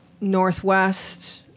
northwest